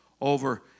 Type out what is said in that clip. over